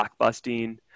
blockbusting